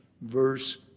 verse